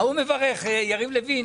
יריב לוין,